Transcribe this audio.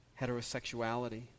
heterosexuality